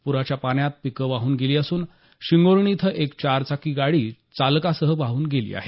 पुराच्या पाण्यात पीकं वाहून गेली असून शिंगोर्णी इथून एक चारचाकी गाडी चालकासह वाहून गेली आहे